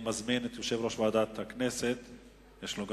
2. אם כן,